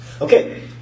Okay